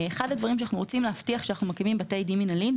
אחד הדברים שאנחנו רוצים כשאנחנו מקימים בתי דין מינהליים,